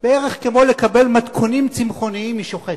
בערך כמו לקבל מתכונים צמחוניים משוחט.